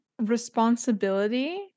responsibility